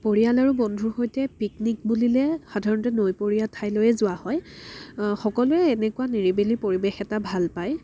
পৰিয়াল আৰু বন্ধুৰ সৈতে পিকনিক বুলিলে সাধাৰণতে নৈপৰীয়া ঠাইলৈয়ে যোৱা হয় সকলোৱে এনেকুৱা নিৰিবিলি পৰিৱেশ এটা ভাল পায়